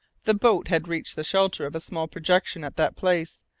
the boat had reached the shelter of a small projection at that place,